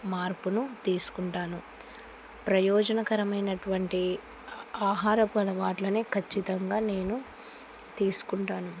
మార్పును తీసుకుంటాను ప్రయోజనకరమైనటువంటి ఆహారపు అలవాట్లనే ఖచ్చితంగా నేను తీసుకుంటాను